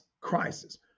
Crisis